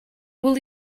will